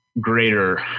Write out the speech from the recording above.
greater